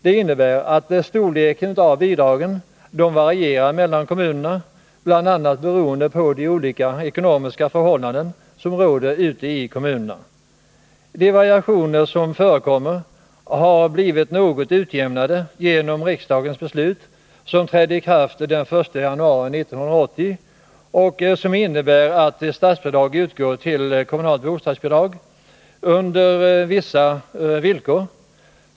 Det innebär att bidragens storlek varierar mellan kommunerna, bl.a. beroende på de olika ekonomiska förhållanden som råder ute i kommunerna. Variationerna har blivit något utjämnade genom riksdagens beslut, som trädde i kraft den 1 januari 1980 och som innebär att statsbidrag utgår till kommunalt bostadsbidrag på vissa villkor.